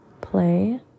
Play